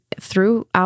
throughout